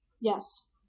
Yes